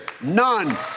None